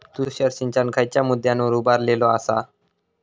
तुषार सिंचन खयच्या मुद्द्यांवर उभारलेलो आसा?